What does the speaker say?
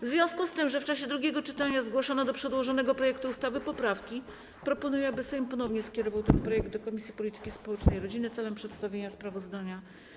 W związku z tym, że w czasie drugiego czytania zgłoszono do przedłożonego projektu ustawy poprawki, proponuję, aby Sejm ponownie skierował ten projekt do Komisji Polityki Społecznej i Rodziny w celu przedstawienia sprawozdania.